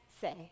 say